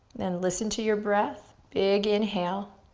then listen to your breath, big inhale.